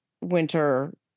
winter